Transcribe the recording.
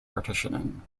partitioning